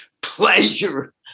pleasure